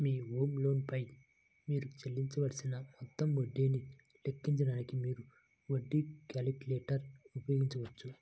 మీ home loan పై మీరు చెల్లించవలసిన మొత్తం వడ్డీని లెక్కించడానికి, మీరు వడ్డీ క్యాలిక్యులేటర్ ఉపయోగించవచ్చు